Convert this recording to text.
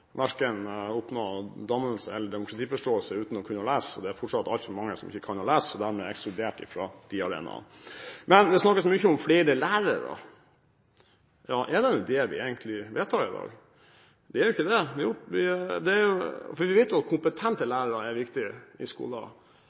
verken å oppnå dannelse eller demokratiforståelse uten å kunne lese. Det er fortsatt altfor mange som ikke kan lese, og dermed er ekskludert fra de arenaene. Det snakkes så mye om flere lærere. Er det egentlig det vi vedtar i dag? Vi vet at kompetente lærere er viktig for skolen, og så snakker man om flere lærere. Nei, det er 9 000 for få lærere allerede i